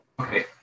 Okay